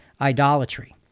idolatry